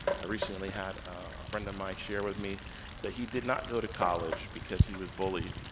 i recently had a friend of mine share with me that he did not go to college because he was bullied,